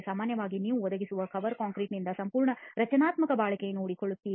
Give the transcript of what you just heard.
ಸಾಮಾನ್ಯವಾಗಿ ನೀವು ಒದಗಿಸುವ ಕವರ್ ಕಾಂಕ್ರೀಟ್ನಿಂದ ಸಂಪೂರ್ಣ ರಚನಾತ್ಮಕ ಬಾಳಿಕೆ ನೋಡಿಕೊಳ್ಳುತ್ತಿದೆ